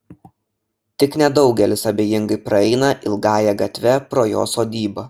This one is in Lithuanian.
tik nedaugelis abejingai praeina ilgąja gatve pro jo sodybą